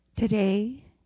Today